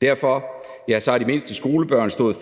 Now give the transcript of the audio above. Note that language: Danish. Derfor har de mindste skolebørn stået